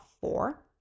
four